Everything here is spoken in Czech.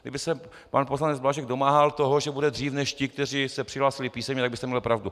Kdyby se pan poslanec Blažek domáhal toho, že bude dřív než ti, kteří se přihlásili písemně, tak byste měla pravdu.